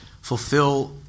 fulfill